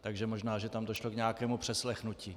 Takže možná že tam došlo k nějakému přeslechnutí.